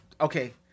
Okay